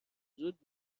زود